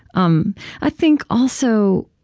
um i think, also,